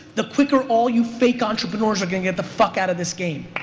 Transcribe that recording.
the quicker all you fake entrepreneurs are gonna get the fuck out of this game.